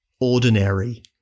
ordinary